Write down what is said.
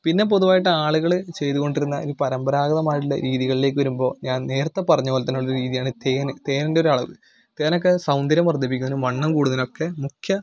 പിന്നെ പൊതുവായിട്ട് ആളുകൾ ചെയ്ത് കൊണ്ടിരുന്ന ഒരു പരമ്പരാഗതമായിട്ടുള്ള രീതികളിലേക്ക് വരുമ്പോൾ ഞാൻ നേരത്തെ പറഞ്ഞത് പോലെതന്നെ ഉള്ളൊരു രീതിയാണ് തേൻ തേനിൻ്റെ ഒരളവ് തേൻ ഒക്കെ സൗന്ദര്യം വർദ്ധിപ്പിക്കുന്നതിനും വണ്ണം കൂടുന്നതിനും ഒക്കെ മുഖ്യ